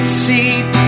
seat